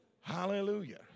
Hallelujah